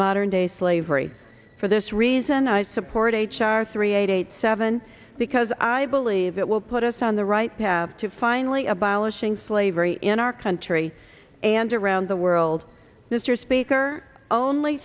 modern day slavery for this reason i support h r three eight seven because i believe it will put us on the right path to finally abolishing slavery in our country and around the world mr speaker only